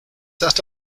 that